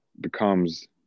becomes